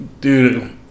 Dude